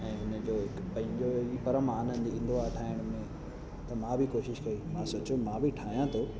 ऐं हिन जो हिकु पंहिंजो ई परम आनंदु ईंदो आहे ठाहिण में त मां बि कोशिश कई मां सोचियुमि मां बि ठाहियां थो